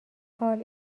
حال